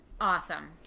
Awesome